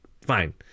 fine